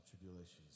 tribulations